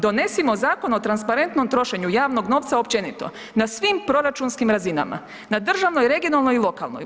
Donesimo zakon o transparentnom trošenju javnog novca općenito, na svim proračunskim razina, na državnoj, regionalnoj i lokalnoj.